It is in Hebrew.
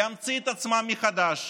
להמציא את עצמם מחדש,